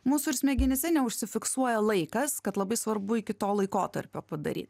mūsų ir smegenyse neužsifiksuoja laikas kad labai svarbu iki to laikotarpio padaryt